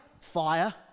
Fire